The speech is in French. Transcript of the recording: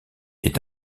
est